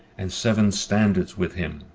and seven standards with him.